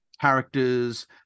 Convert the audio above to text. characters